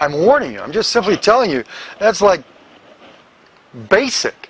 i'm warning you i'm just simply telling you that's like basic